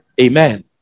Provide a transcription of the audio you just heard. Amen